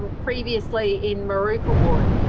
ah previously in moorooka ward.